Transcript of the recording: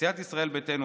סיעת ישראל ביתנו,